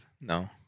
No